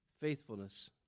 faithfulness